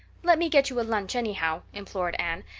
let me get you a lunch anyhow, implored anne.